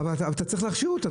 אבל אתה צריך להכשיר אותם,